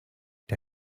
der